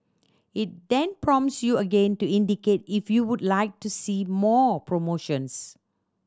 it then prompts you again to indicate if you would like to see more promotions